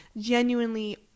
genuinely